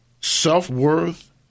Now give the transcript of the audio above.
self-worth